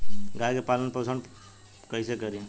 गाय के पालन पोषण पोषण कैसे करी?